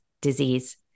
disease